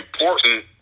important